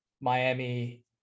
Miami